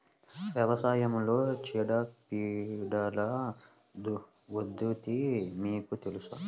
వ్యవసాయంలో చీడపీడల ఉధృతి మీకు తెలుసా?